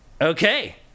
Okay